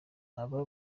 aba